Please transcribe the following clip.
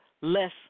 less